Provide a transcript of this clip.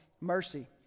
mercy